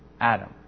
Adam